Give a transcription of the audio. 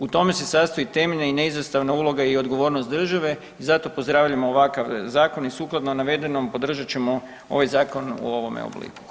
U tome se sastoji temeljna i neizostavna uloga i odgovornost države, zato pozdravljamo ovakav zakon i sukladno navedenom, podržat ćemo ovaj Zakon u ovome obliku.